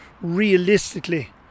realistically